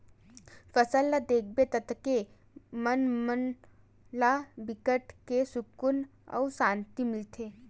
फूल ल देखबे ततके म मन ला बिकट के सुकुन अउ सांति मिलथे